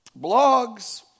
blogs